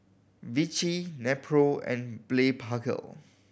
Vichy Nepro and Blephagel